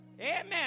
Amen